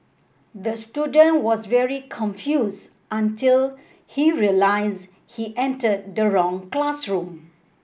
the student was very confused until he realised he entered the wrong classroom